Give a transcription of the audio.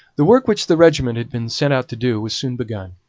the work which the regiment had been sent out to do was soon begun.